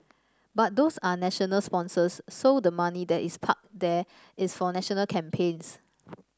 but those are national sponsors so the money that is parked there is for national campaigns